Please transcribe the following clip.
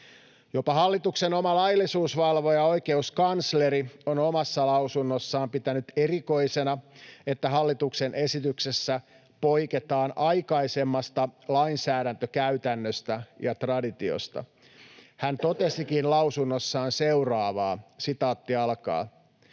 Jopa hallituksen oma laillisuusvalvoja, oikeuskansleri, on omassa lausunnossaan pitänyt erikoisena, että hallituksen esityksessä poiketaan aikaisemmasta lainsäädäntökäytännöstä ja traditiosta. Hän totesikin lausunnossaan seuraavaa: ”Nähdäkseni